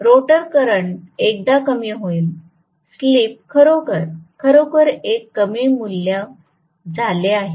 rotor current एकदा कमी होईल स्लिप खरोखर खरोखर एक कमी मूल्य झाले आहे